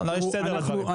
לסיים.